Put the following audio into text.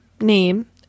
name